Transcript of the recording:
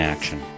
Action